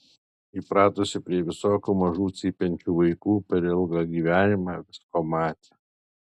įpratusi prie visokių mažų cypiančių vaikų per ilgą gyvenimą visko matė